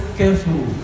careful